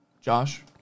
Josh